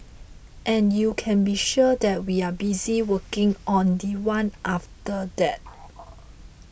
and you can be sure that we are busy working on the one after that